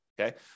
okay